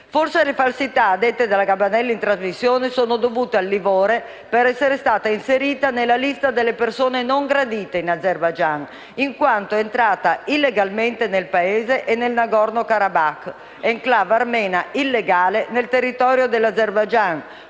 Forse le falsità dette dalla Gabanelli in trasmissione sono dovute al livore per essere stata inserita nella lista delle persone non gradite in Azerbaigian, in quanto entrata illegalmente nel Paese e nel Nagorno Karabakh, *enclave* armena il legale nel territorio dell'Azerbaigian,